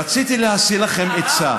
רציתי להשיא לכם עצה.